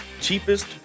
cheapest